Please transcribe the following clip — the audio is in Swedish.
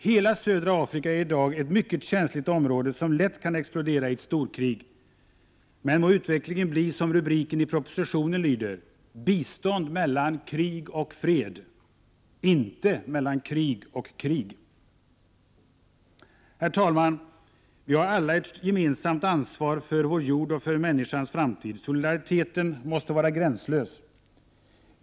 Hela södra Afrika är i dag ett mycket känsligt område som lätt kan explodera i ett storkrig. Men må utvecklingen bli så som rubriken i Prot. 1988/89:99 propositionen lyder ”Bistånd mellan krig och fred”, inte mellan krig och 19 april 1989 krig. Herr talman! Vi har alla ett gemensamt ansvar för vår jord och för människans framtid. Solidariteten måste vara gränslös.